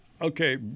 Okay